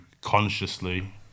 consciously